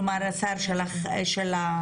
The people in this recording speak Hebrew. כלומר השר של התאגיד,